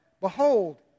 Behold